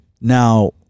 now